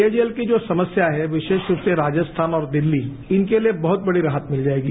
पेयजल की जो समस्या है विशेष रूप से राजस्थान और दिल्ली इनके लिए बहुत बड़ी राहत मिल जाएगी